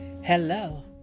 Hello